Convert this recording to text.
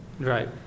right